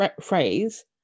phrase